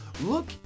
look